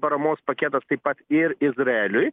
paramos paketas taip pat ir izraeliui